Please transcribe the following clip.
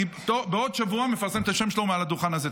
אני בעוד שבוע מפרסם את השם שלו מעל הדוכן הזה.